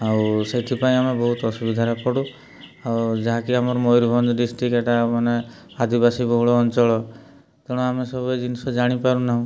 ଆଉ ସେଥିପାଇଁ ଆମେ ବହୁତ ଅସୁବିଧାରେ ପଡ଼ୁ ଆଉ ଯାହାକି ଆମର ମୟୂରଭଞ୍ଜ ଡିଷ୍ଟ୍ରିକ୍ଟ ଏଇଟା ମାନେ ଆଦିବାସୀ ବହୁଳ ଅଞ୍ଚଳ ତେଣୁ ଆମେ ସବୁ ଜିନିଷ ଜାଣିପାରୁ ନାହୁଁ